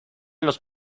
los